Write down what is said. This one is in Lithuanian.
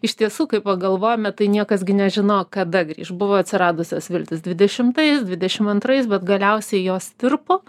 iš tiesų kai pagalvojame tai niekas gi nežinojo kada grįš buvo atsiradusios viltys dvidešimtais dvidešim antrais bet galiausiai jos tirpo